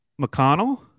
McConnell